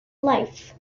life